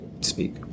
speak